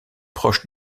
proche